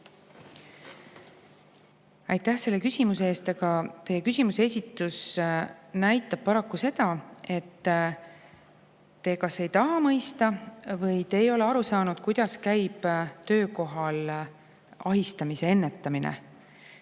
Aitäh selle küsimuse eest! Aga teie küsimuse esitus näitab paraku seda, et te kas ei taha mõista või te ei ole aru saanud, kuidas käib töökohal ahistamise ennetamine.